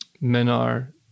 Minar